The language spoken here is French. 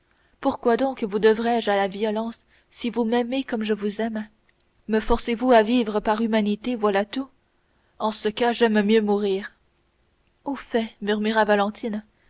pourquoi donc vous devrais-je à la violence si vous m'aimez comme je vous aime me forcez vous à vivre par humanité voilà tout en ce cas j'aime mieux mourir au fait murmura valentine